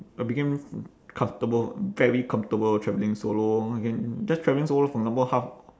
I became comfortable very comfortable travelling solo just travelling solo for example half